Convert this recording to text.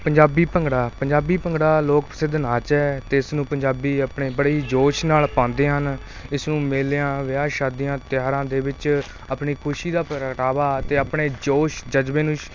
ਪੰਜਾਬੀ ਭੰਗੜਾ ਪੰਜਾਬੀ ਭੰਗੜਾ ਲੋਕ ਪ੍ਰਸਿੱਧ ਨਾਚ ਹੈ ਅਤੇ ਇਸ ਨੂੰ ਪੰਜਾਬੀ ਆਪਣੇ ਬੜੇ ਹੀ ਜੋਸ਼ ਨਾਲ ਪਾਉਂਦੇ ਹਨ ਇਸ ਨੂੰ ਮੇਲਿਆਂ ਵਿਆਹ ਸ਼ਾਦੀਆਂ ਤਿਉਹਾਰਾਂ ਦੇ ਵਿੱਚ ਆਪਣੀ ਖੁਸ਼ੀ ਦਾ ਪ੍ਰਗਟਾਵਾ ਅਤੇ ਆਪਣੇ ਜੋਸ਼ ਜਜ਼ਬੇ ਨੂੰ